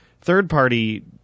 third-party